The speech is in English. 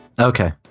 Okay